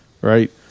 right